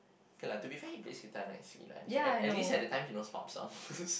okay lah to be fair he plays guitar nice okay lah at at least at that time he knows pop songs